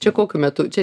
čia kokiu metu čia